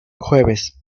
jueves